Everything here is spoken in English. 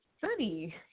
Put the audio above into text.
funny